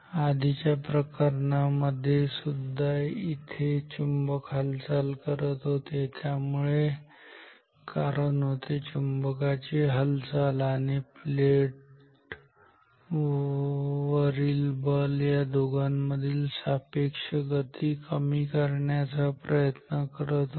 आधीच्या प्रकरणांमध्ये सुद्धा इथे चुंबक हालचाल करत होते त्यामुळे कारण होते चुंबकाची हालचाल आणि प्लेट वरील बल या दोघांमधील सापेक्ष गती कमी करण्याचा प्रयत्न करत होते